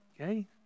okay